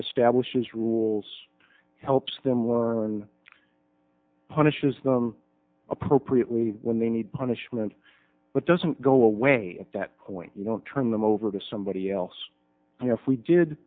establishes rules helps them learn punishes them appropriately when they need punishment but doesn't go away at that point you don't turn them over to somebody else and if we did